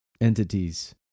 entities